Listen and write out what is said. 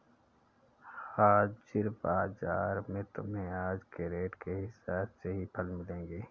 हाजिर बाजार में तुम्हें आज के रेट के हिसाब से ही फल मिलेंगे